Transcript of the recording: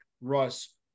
Russ